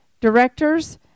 directors